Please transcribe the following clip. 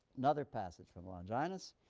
another passage from longinus